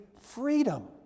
freedom